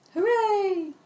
Hooray